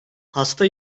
hasta